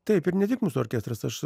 taip ir ne tik mūsų orkestras aš